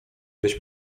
być